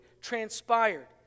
transpired